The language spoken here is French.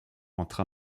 entre